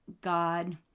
God